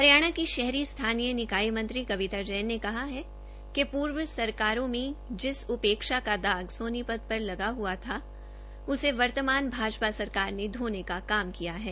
हरियाणा की शहरी स्थानीय निकाय मंत्री कविता जैन ने कहा है पूर्व सरकारों में जिस उपेक्षा का दाग सोनीपत पर लगा हुआ था उसे वर्तमान भाजपा सरकार ने धोने का काम किया है